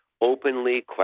openly